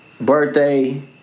birthday